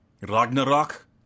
Ragnarok